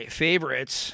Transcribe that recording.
favorites